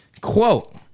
Quote